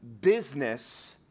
business